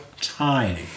tiny